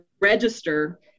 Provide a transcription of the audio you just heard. register